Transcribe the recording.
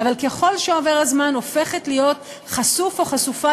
אבל ככל שעובר הזמן הופכת להיות חשוף או חשופה